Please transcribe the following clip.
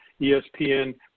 ESPN